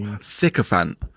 Sycophant